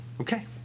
Okay